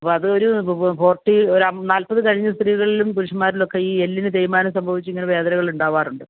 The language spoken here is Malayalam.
അതൊരു ഫോർട്ടി ഒരു നാല്പത് കഴിഞ്ഞ സ്ത്രീകളിലും പുരുഷന്മാരിലൊക്കെ ഈ എല്ലിന് തേയ്മാനം സംഭവിച്ചു ഈ വേദനകളൊക്കെ ഉണ്ടാവാറുണ്ട്